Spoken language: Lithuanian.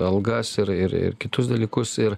algas ir ir ir kitus dalykus ir